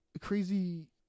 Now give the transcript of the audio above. Crazy